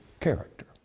character